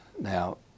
Now